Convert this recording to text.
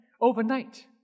overnight